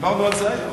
דיברנו על זה היום.